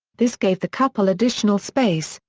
this gave the couple additional space,